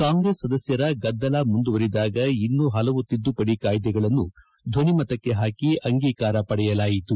ಕಾಂಗ್ರೆಸ್ ಸದಸ್ಕರ ಗದ್ದಲ ಮುಂದುವರಿದಾಗ ಇನ್ನೂ ಹಲವು ತಿದ್ದುಪಡಿ ಕಾಯ್ದೆಗಳನ್ನು ಧ್ವನಿಮತಕ್ಕೆ ಹಾಕಿ ಅಂಗೀಕಾರ ಪಡೆಯಲಾಯಿತು